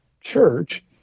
church—